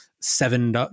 seven